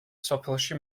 სოფელში